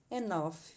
enough